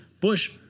Bush